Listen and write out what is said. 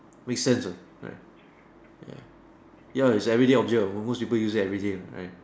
make sense ah right ya ya is everyday object almost people use it every day right